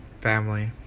family